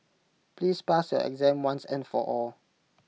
please pass your exam once and for all